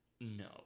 No